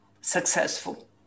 successful